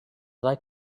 like